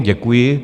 Děkuji.